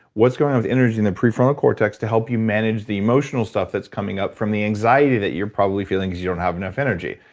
what's going on with energy in the prefrontal cortex to help you manage the emotional stuff that's coming up from the anxiety that you're probably feeling cause you don't have enough energy.